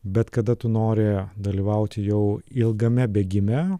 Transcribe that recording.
bet kada tu nori dalyvauti jau ilgame bėgime